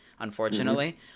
unfortunately